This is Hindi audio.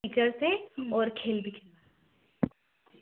ई कर से और खेल भी खेला